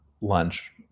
lunch